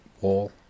wall